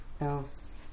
else